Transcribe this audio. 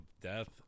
death